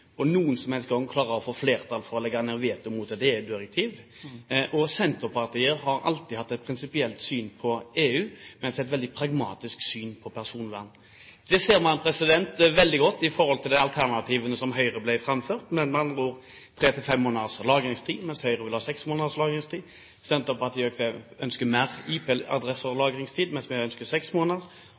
de noen gang har klart å få flertall for å legge ned veto mot et EU-direktiv. Senterpartiet har alltid hatt et prinsipielt syn på EU, men et veldig pragmatisk syn på personvernet. Det ser man veldig godt av de alternativene som Høyre ble framført. Man sier tre til fem måneders lagringstid, mens Høyre vil ha seks måneders lagringstid. Senterpartiet ønsker mer lagring av IP-adresser, mens vi ønsker seks måneder